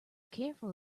careful